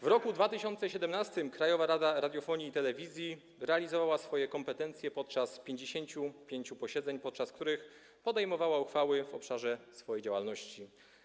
W roku 2017 Krajowa Rada Radiofonii i Telewizji realizowała swoje kompetencje podczas 55 posiedzeń, w trakcie których podejmowała uchwały w obszarze swojej działalności.